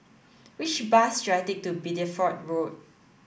which bus should I take to Bideford Road